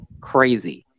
crazy